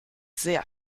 sehr